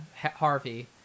harvey